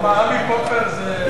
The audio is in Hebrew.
עמי פופר זה, ?